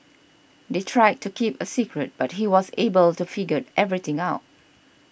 they tried to keep a secret but he was able to figured everything out